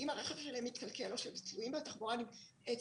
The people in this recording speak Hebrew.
אם הרכב שלהם מתקלקל או שהם תלויים בתחבורה ציבורית,